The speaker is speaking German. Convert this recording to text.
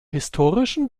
historischen